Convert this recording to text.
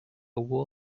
wall